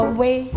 Away